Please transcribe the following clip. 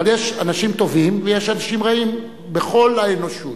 אבל יש אנשים טובים ויש אנשים רעים בכל האנושות.